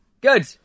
Good